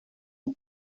one